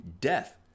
death